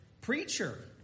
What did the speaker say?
preacher